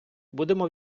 будемо